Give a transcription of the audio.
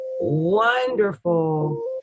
wonderful